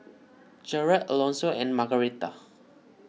Jered Alonso and Margarita